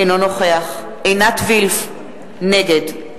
אינו נוכח עינת וילף, נגד